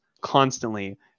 constantly